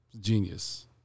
Genius